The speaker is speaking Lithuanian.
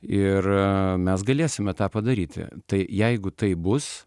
ir mes galėsime tą padaryti tai jeigu taip bus